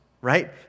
right